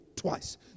twice